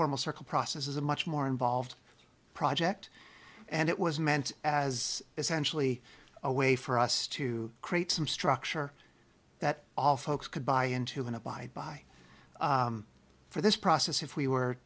formal circle process is a much more involved project and it was meant as essentially a way for us to create some structure that all folks could buy into and abide by for this process if we